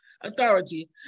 Authority